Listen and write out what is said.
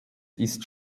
ist